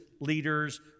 leaders